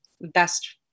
best